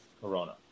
Corona